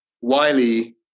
Wiley